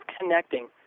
connecting